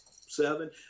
seven